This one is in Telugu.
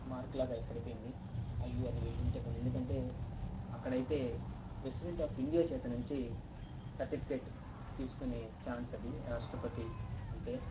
మార్క్ లాగా ఏర్పడిపోయింది అయ్యో అది వెళ్ళి ఉంటే బాగుండు ఎందుకంటే అక్కడయితే ప్రెసిడెంట్ ఆఫ్ ఇండియా చేత నుంచి సర్టిఫికెట్ తీసుకొనే ఛాన్స్ అది రాష్ట్రపతి అంటే